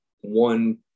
one